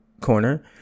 Corner